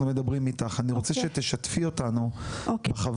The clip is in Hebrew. מדברים איתך אני רוצה שתשתפי אותנו בחוויות.